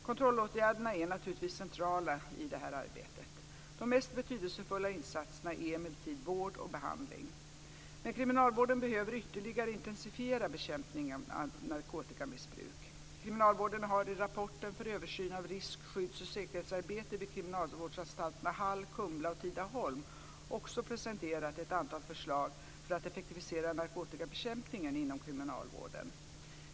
Kontrollåtgärderna är naturligtvis centrala i detta arbete. De mest betydelsefulla insatserna är emellertid vård och behandling. Men kriminalvården behöver ytterligare intensifiera bekämpningen av narkotikamissbruk. Kriminalvården har i rapporten för översyn av risk-, skydds och säkerhetsarbete vid kriminalvårdsanstalterna Hall, Kumla och Tidaholm, RSS-rapporten, också presenterat ett antal förslag för att effektivisera narkotikabekämpningen inom kriminalvården.